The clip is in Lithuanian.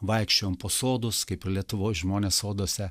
vaikščiojom po sodus kaip lietuvoj žmonės soduose